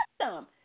awesome